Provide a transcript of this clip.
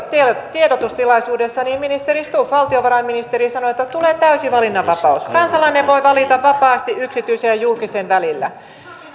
tiedotustilaisuudessa valtiovarainministeri stubb sanoi että tulee täysi valinnanvapaus kansalainen voi valita vapaasti yksityisen ja julkisen välillä